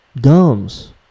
gums